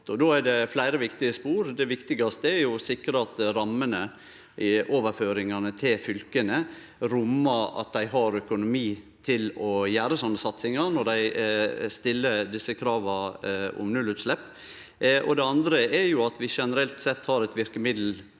Då er det fleire viktige spor. Det viktigaste er å sikre at rammene i overføringane til fylka rommar at dei har økonomi til å gjere slike satsingar når dei stiller desse krava om nullutslepp. Det andre er at vi generelt sett har eit verkemiddelapparat